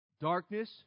darkness